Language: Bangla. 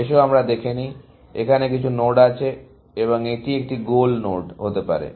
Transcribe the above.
এসো আমরা দেখে নেই এখানে কিছু নোড আছে এবং এটি একটি গোল নোড হতে পারে